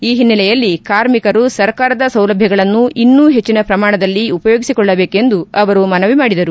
ಈ ಹಿನ್ನೆಲೆಯಲ್ಲಿ ಕಾರ್ಮಿಕರು ಸರ್ಕಾರದ ಸೌಲಭ್ಯಗಳನ್ನು ಇನ್ನೂ ಹೆಚ್ಚಿನ ಪ್ರಮಾಣದಲ್ಲಿ ಉಪಯೋಗಿಸಿಕೊಳ್ಳಬೇಕೆಂದು ಮನವಿ ಮಾಡಿದರು